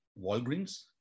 Walgreens